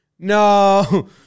No